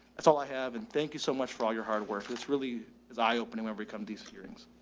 that's all i have. and thank you so much for all your hard work. this really is eye opening when we come decent hearings.